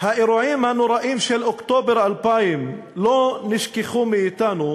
האירועים הנוראים של אוקטובר 2000 לא נשכחו מאתנו,